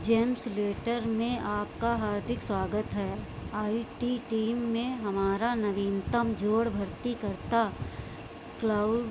James letter में आपका हार्दिक स्वागत है आई टी टीम में हमारा नवीनतम जोड़ भरती करता क्लाउ